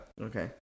Okay